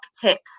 tips